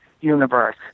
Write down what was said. universe